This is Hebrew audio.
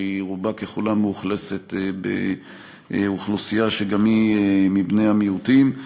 שרובה ככולה מאוכלסת באוכלוסייה שגם היא מבני המיעוטים.